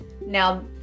Now